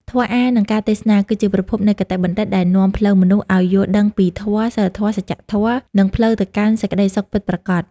ធម៌អាថ៌ និងការទេសនា គឺជាប្រភពនៃគតិបណ្ឌិតដែលនាំផ្លូវមនុស្សឲ្យយល់ដឹងពីធម៌ សីលធម៌ សច្ចធម៌ និងផ្លូវទៅកាន់សេចក្ដីសុខពិតប្រាកដ។